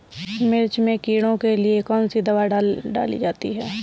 मिर्च में कीड़ों के लिए कौनसी दावा डाली जाती है?